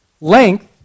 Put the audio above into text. Length